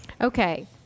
Okay